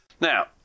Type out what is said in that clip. Now